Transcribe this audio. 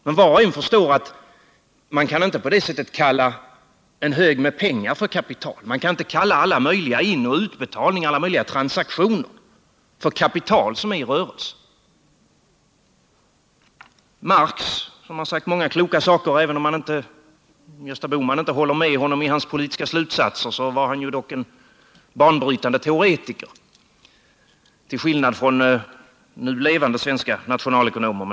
Men var och en förstår att man inte på det sättet kan kalla en hög med pengar för kapital. Man kan inte heller kalla alla möjliga inoch utbetalningar och transaktioner för kapital. Marx har sagt många kloka ord, och även om Gösta Bohman inte håller med honom i hans politiska slutsatser, så var han dock en banbrytande teoretiker till skillnad, med något undantag, från nu levande svenska nationalekonomer.